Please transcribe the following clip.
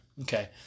Okay